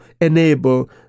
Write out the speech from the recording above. enable